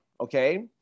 Okay